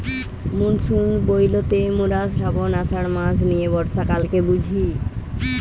monsoon বইলতে মোরা শ্রাবন, আষাঢ় মাস নিয়ে বর্ষাকালকে বুঝি